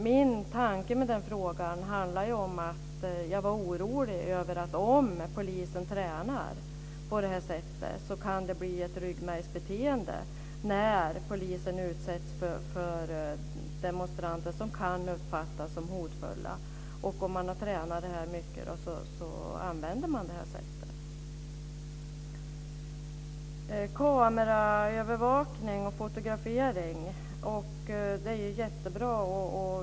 Min tanke bakom den frågan var att jag var orolig för att om polisen tränar på det här sättet kan det bli ett ryggmärgsbeteende när man utsätts för demonstranter som kan uppfattas som hotfulla. Då kanske man använder det sätt som man har tränat in. Kameraövervakning och fotografering är jättebra.